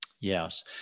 Yes